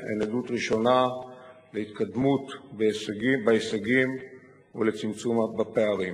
על ההישג שפרופסור דן שכטמן הביא ועל הכבוד הרב למדינת